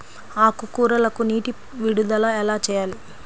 ఆకుకూరలకు నీటి విడుదల ఎలా చేయాలి?